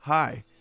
Hi